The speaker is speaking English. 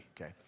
okay